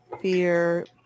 fear